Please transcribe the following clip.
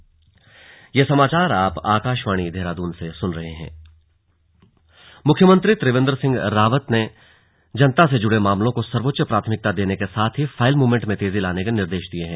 slug file movement मुख्यमंत्री त्रिवेन्द्र सिंह रावत ने जनता से जुड़े मामलों को सर्वोच्च प्राथमिकता देने के साथ ही फाइल मूवमेंट में तेजी लाने के निर्देश दिए हैं